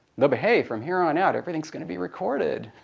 though, but hey, from here on out everything's going to be recorded.